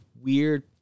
weird